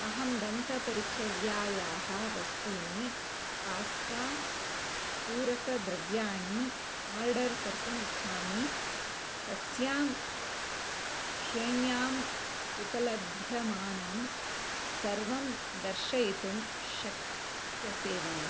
अहं दन्तपरिचर्यायाः वस्तूनि पास्ता पूरकद्रव्याणि आर्डर् कर्तुम् इच्छामि तस्यां श्रेण्याम् उपलभ्यमानं सर्वं दर्शयितुं शक्यसे वा